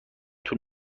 طول